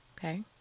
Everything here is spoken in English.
Okay